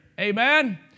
Amen